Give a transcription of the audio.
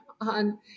on